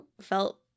felt